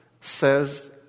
says